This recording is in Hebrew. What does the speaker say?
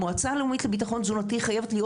המועצה הלאומית לביטחון תזונתי חייבת להיות